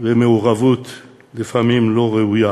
ומעורבות לפעמים לא ראויה